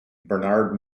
bernard